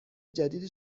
جدید